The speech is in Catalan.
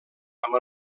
amb